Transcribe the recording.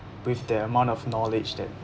with the amount of knowledge that